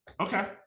Okay